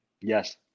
Yes